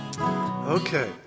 Okay